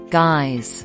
guys